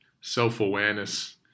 self-awareness